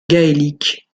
gaélique